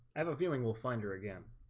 have a viewing we'll find her again